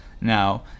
now